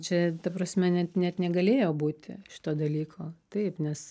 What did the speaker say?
čia ta prasme net net negalėjo būti šito dalyko taip nes